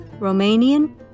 Romanian